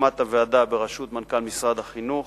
הקמת ועדה בראשות מנכ"ל משרד החינוך,